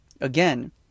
Again